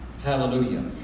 Hallelujah